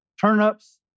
turnips